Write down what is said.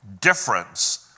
difference